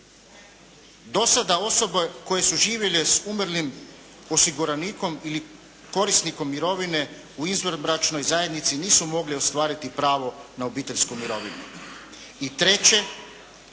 Do sada osobe koje su živjele s umrlim osiguranikom ili korisnikom mirovine u izvanbračnoj zajednici nisu mogli ostvariti pravo na obiteljsku mirovinu.